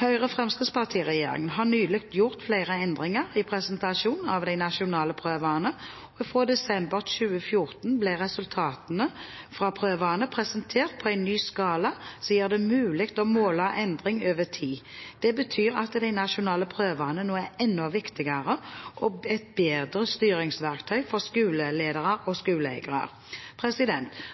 Høyre–Fremskrittsparti-regjeringen har nylig gjort flere endringer i presentasjonen av de nasjonale prøvene, og fra desember 2014 ble resultatene fra prøvene presentert på en ny skala som gjør det mulig å måle endring over tid. Det betyr at de nasjonale prøvene nå er et enda viktigere og et bedre styringsverktøy for skoleledere og skoleeiere.